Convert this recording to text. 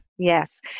Yes